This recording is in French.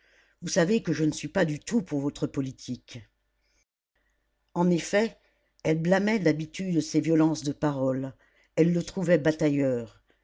vous savez que je ne suis pas du tout pour votre politique en effet elle blâmait d'habitude ses violences de paroles elle le trouvait batailleur